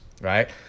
right